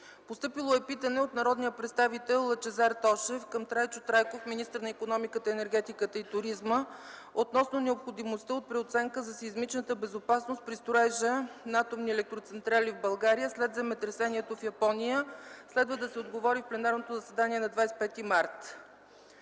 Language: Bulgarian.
Постъпило е питане от народния представител Лъчезар Тошев към Трайчо Трайков – министър на икономиката, енергетиката и туризма, относно необходимостта от преоценка за сеизмичната безопасност при строежа на атомни електроцентрали в България след земетресението в Япония. Следва да се отговори в пленарното заседание на 25 март